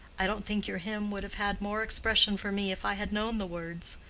i don't think your hymn would have had more expression for me if i had known the words.